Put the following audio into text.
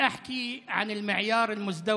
אני רוצה לדבר על המוסר הכפול